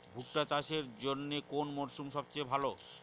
ভুট্টা চাষের জন্যে কোন মরশুম সবচেয়ে ভালো?